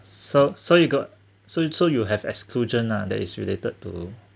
so so you got so you so you have exclusion lah that is related to